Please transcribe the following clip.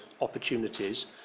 opportunities